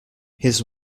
his